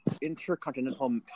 Intercontinental